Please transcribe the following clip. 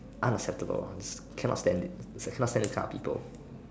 unacceptable cannot stand it cannot stand this kind of people